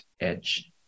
edge